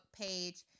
page